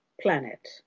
planet